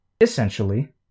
Essentially